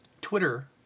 Twitter